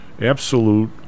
absolute